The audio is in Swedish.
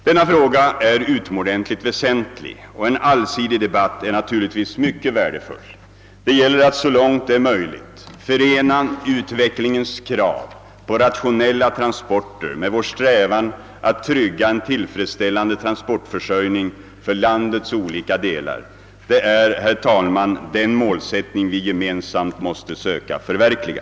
Denna fråga är utomordentligt väsentlig och en allsidig debatt är naturligtvis mycket värdefull. Det gäller att så långt det är möjligt förena utvecklingens krav på rationella transporter med vår strävan att trygga en tillfredsställande transportförsörjning för landets olika delar. Det är, herr talman, den målsättning vi gemensamt måste söka förverkliga.